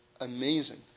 amazing